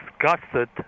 disgusted